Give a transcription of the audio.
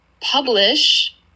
publish